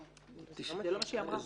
זה לא מה שהיא אמרה.